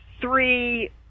three